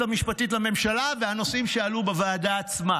המשפטית לממשלה והנושאים שעלו בוועדה עצמה.